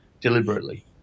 deliberately